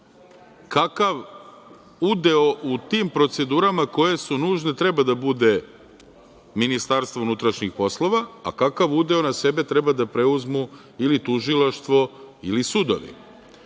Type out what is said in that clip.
kakav udeo u tim procedurama, koje su nužne, treba da bude Ministarstva unutrašnjih poslova, a kakav udeo na sebe treba da preuzmu ili tužilaštvo ili sudovi. Mislim